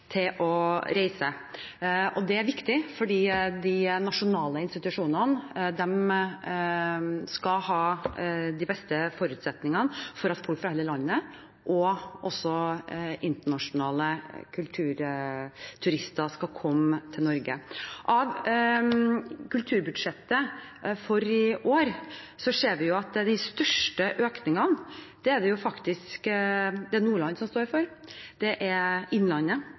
å reise. Det er viktig, fordi de nasjonale institusjonene skal ha de beste forutsetningene for at folk fra hele landet og også internasjonale kulturturister skal komme til Oslo og Norge. Av kulturbudsjettet for i år ser vi at de største økningene er det faktisk Nordland som står for, det er Innlandet,